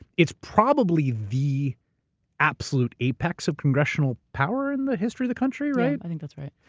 it's probably the absolute apex of congressional power in the history of the country, right? i think that's right.